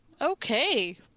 Okay